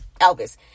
Elvis